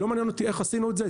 לא מעניין אותי איך עשינו את זה,